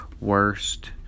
worst